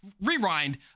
rewind